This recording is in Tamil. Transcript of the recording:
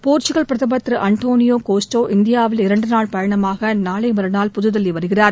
போர்ச்சுக்கல் பிரதமர் திரு அன்டோளியோ கோஸ்டா இந்தியாவில் இரண்டுநாள் பயணமாக நாளை மறுநாள் புதுதில்லி வருகிறார்